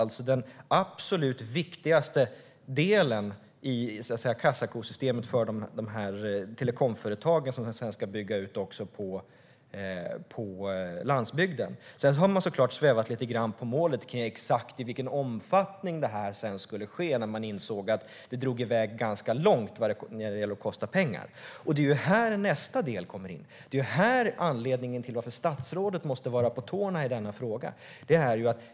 Det är den absolut viktigaste delen i kassakosystemet för telekomföretagen som sedan ska bygga ut på landsbygden. Sedan har man svävat lite grann på målet exakt i vilken omfattning det skulle ske när man insåg att det drog iväg ganska långt när det gällde att kosta pengar. Det är här nästa del kommer in. Det är anledningen till att statsrådet måste vara på tårna i denna fråga.